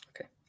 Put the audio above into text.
Okay